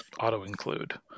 auto-include